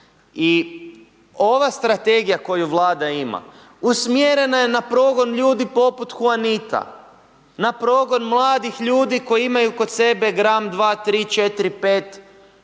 I ova strategija koju Vlada ima usmjerena je na progon ljudi poput Huanita, na progon mladih ljudi koji imaju kod sebe gram, dva, tri, četiri, pet,